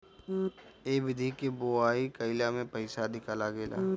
ए विधि के बोआई कईला में पईसा अधिका लागेला